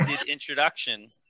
introduction